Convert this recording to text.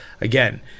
Again